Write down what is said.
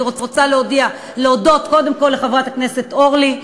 אני רוצה להודות קודם כול לחברת הכנסת אורלי,